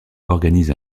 organise